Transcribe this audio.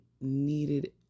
needed